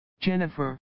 Jennifer